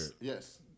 Yes